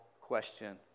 question